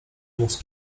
mózg